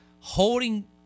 holding